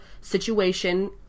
situation